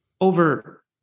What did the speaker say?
over